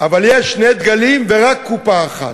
אבל יש שני דגלים ורק קופה אחת,